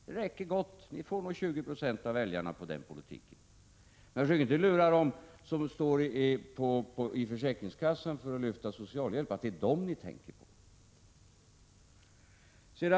Det räcker gott —ni får nog 20 26 av väljarna på den politiken. Men försök inte lura dem som står i försäkringskassan för att lyfta socialhjälp, att det är dem ni tänker på.